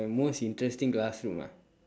my most interesting classroom ah